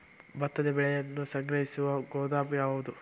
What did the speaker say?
ಭತ್ತದ ಬೆಳೆಯನ್ನು ಸಂಗ್ರಹಿಸುವ ಗೋದಾಮು ಯಾವದು?